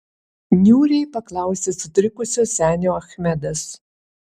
niūriai paklausė sutrikusio senio achmedas